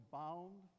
bound